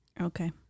Okay